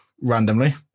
randomly